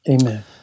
Amen